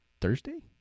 Thursday